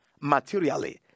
materially